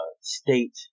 state